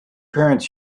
parents